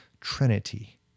Trinity